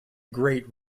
great